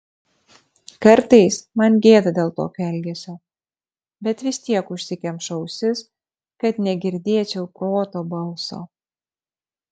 kartais man gėda dėl tokio elgesio bet vis tiek užsikemšu ausis kad negirdėčiau proto balso